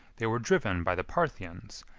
they were driven by the parthians,